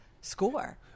score